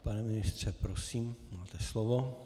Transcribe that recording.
Pane ministře, prosím, máte slovo.